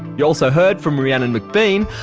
you also heard from rhiannon mcbean.